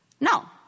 No